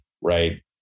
right